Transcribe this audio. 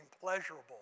pleasurable